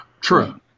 True